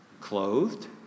clothed